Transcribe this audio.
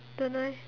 don't know eh